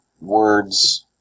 words